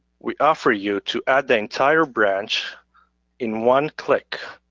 we offer you to add the entire branch in one click.